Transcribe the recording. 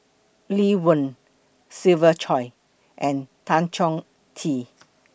Lee Wen Siva Choy and Tan Chong Tee